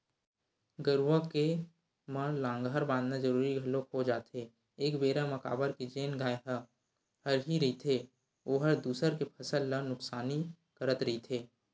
गरुवा के म लांहगर बंधाना जरुरी घलोक हो जाथे एक बेरा म काबर के जेन गाय ह हरही रहिथे ओहर दूसर के फसल ल नुकसानी करत रहिथे